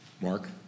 Mark